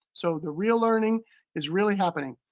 so the real learning is really happening.